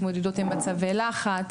התמודדות עם מצבי לחץ,